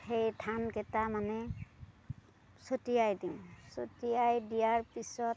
সেই ধানকেইটা মানে ছটিয়াই দিওঁ ছটিয়াই দিয়াৰ পিছত